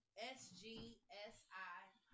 S-G-S-I